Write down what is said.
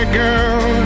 girl